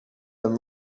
them